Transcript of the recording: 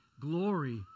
glory